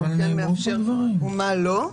מה הוא כן מאפשר ומה לא.